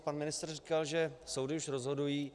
Pan ministr říkal, že soudy už rozhodují.